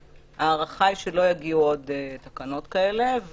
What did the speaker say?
ההערכה היא שלא יגיעו עוד תקנות כאלה,